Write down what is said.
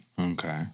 Okay